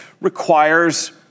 requires